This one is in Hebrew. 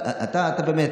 אבל אתה באמת,